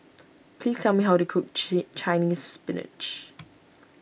please tell me how to cook Chinese Spinach